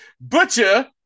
Butcher